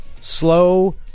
Slow